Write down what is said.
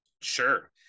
sure